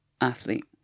athlete